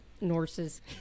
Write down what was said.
nurses